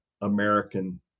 American